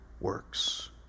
works